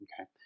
Okay